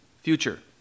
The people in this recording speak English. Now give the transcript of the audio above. future